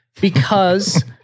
because-